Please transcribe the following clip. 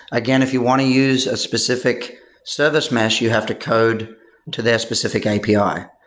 again, if you want to use a specific service mesh, you have to code to their specific api,